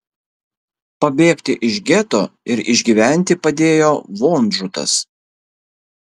pabėgti iš geto ir išgyventi padėjo vonžutas